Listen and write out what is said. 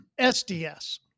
SDS